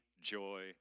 joy